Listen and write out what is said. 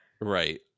right